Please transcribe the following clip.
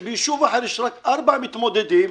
כשביישוב אחר יש רק ארבעה מתמודדים,